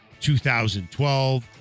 2012